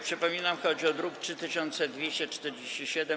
Przypominam, chodzi o druk nr 3247.